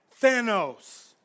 Thanos